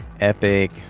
epic